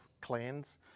clans